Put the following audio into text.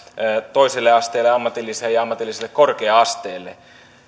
toiselle asteelle ammatilliseen ja ammatilliselle korkea asteelle